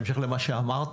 בהמשך למה שאמרת,